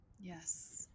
Yes